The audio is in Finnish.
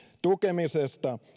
tukemiseen